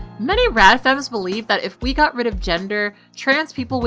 many radfems believe that if we got rid of gender, trans people would